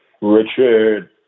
Richard